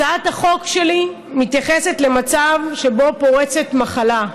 הצעת החוק שלי מתייחסת למצב שבו פורצת מחלה,